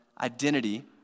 identity